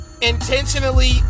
intentionally